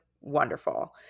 wonderful